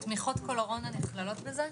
תמיכות קורונה נכללות בזה?